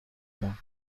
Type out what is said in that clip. bains